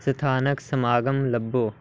ਸਥਾਨਕ ਸਮਾਗਮ ਲੱਭੋ